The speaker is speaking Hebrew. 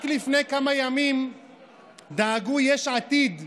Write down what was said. רק לפני כמה ימים דאגו יש עתיד,